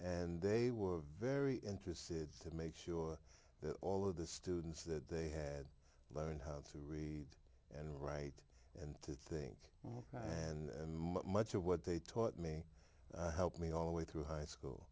and they were very interested to make sure that all of the students that they had learned how to read and write and to think well and much of what they taught me help me all the way through high school